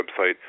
website